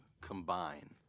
combine